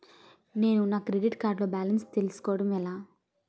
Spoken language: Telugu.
నేను నా క్రెడిట్ కార్డ్ లో బాలన్స్ తెలుసుకోవడం ఎలా?